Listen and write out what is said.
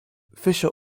fisher